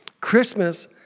Christmas